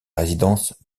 résidence